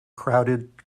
crowded